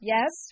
Yes